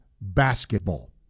basketball